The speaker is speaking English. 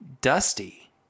dusty